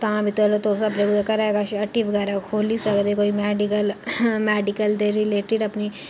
तां बी चलो तुस अपने कुतै घरै कच्छ हट्टी बगैरा खोह्ली सकदे कोई मैडिकल मैडिकल दे रिलेटेड अपनी